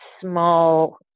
small